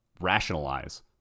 rationalize